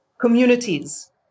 communities